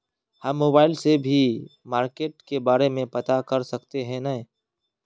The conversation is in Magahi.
हम मोबाईल से भी मार्केट के बारे में पता कर सके है नय?